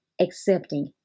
accepting